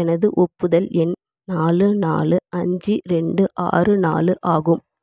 எனது ஒப்புதல் எண் நாலு நாலு அஞ்சு ரெண்டு ஆறு நாலு ஆகும்